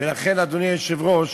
ולכן, אדוני היושב-ראש,